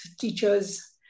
teachers